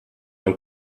ein